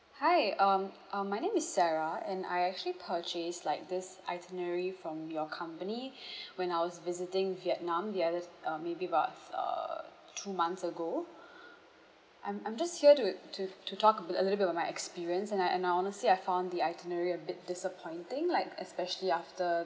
hi um uh my name is sarah and I actually purchased like this itinerary from your company when I was visiting vietnam the other um maybe about f~ uh two months ago I'm I'm just here to to to talk a bi~ a little bit about my experience and I uh honestly I found the itinerary a bit disappointing like especially after